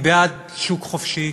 אני בעד שוק חופשי,